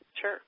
Sure